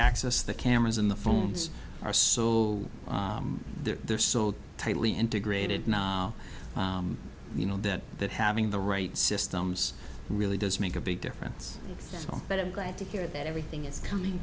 access the cameras in the phones are so there's so tightly integrated now you know that that having the right systems really does make a big difference but i'm glad to hear that everything is coming